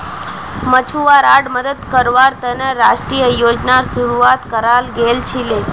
मछुवाराड मदद कावार तने राष्ट्रीय योजनार शुरुआत कराल गेल छीले